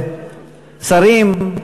שרים,